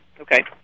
Okay